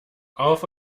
auf